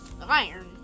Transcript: iron